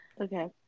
Okay